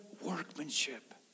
workmanship